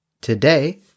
Today